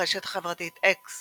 ברשת החברתית אקס